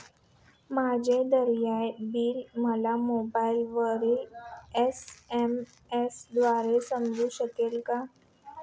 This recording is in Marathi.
माझे देय बिल मला मोबाइलवर एस.एम.एस द्वारे समजू शकेल का?